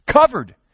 covered